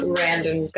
random